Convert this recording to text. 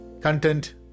content